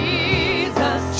Jesus